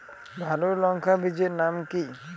ভালো লঙ্কা বীজের নাম কি?